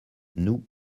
nous